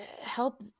help